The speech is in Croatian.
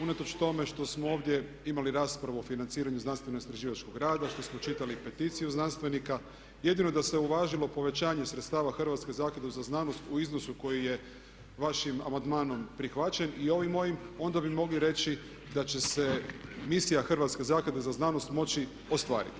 Unatoč tome što smo ovdje imali raspravu o financiranju znanstveno-istraživačkog rada, što smo čitali peticiju znanstvenika jedino da se uvažilo povećanje sredstava Hrvatske zaklade za znanost u iznosu koji je vašim amandmanom prihvaćen i ovim mojim onda bi mogli reći da će se misija Hrvatske zaklade za znanost moći ostvariti.